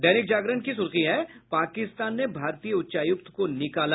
दैनिक जागरण की सुर्खी है पाकिस्तान ने भारतीय उच्चायुक्त को निकाला